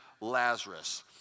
Lazarus